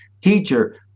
teacher